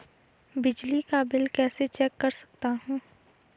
बिजली का बिल कैसे चेक कर सकता हूँ?